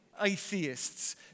atheists